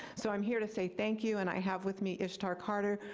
so i'm here to say thank you, and i have with me ishtar carter,